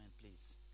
please